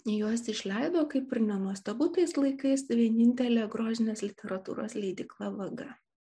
juos išleido kaip ir nenuostabu tais laikais vienintelė grožinės literatūros leidykla vaga